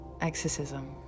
exorcism